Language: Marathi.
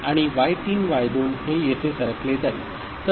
आणि y3 y2 हे येथे सरकले जाईल